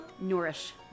Nourish